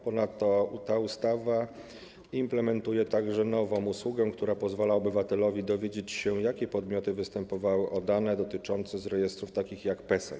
Ponadto ta ustawa implementuje także nową usługę, która pozwala obywatelowi dowiedzieć się, jakie podmioty występowały o dane jego dotyczące z takich rejestrów jak rejestr PESEL.